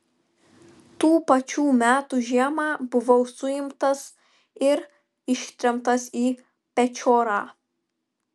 tų pačių metų žiemą buvau suimtas ir ištremtas į pečiorą